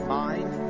mind